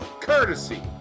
courtesy